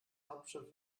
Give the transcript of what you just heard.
hauptstadt